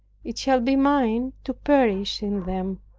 it shall be mine to perish in them.